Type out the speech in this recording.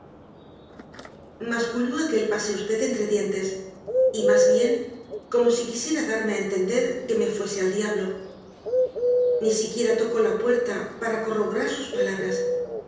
masculló aquel pase usted entre dientes y más bien como si quisiera darme a entender que me fuese al diablo ni siquiera tocó la puerta para corroborar sus palabras